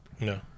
no